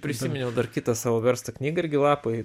prisiminiau dar kitą savo verstą knygą irgi lapai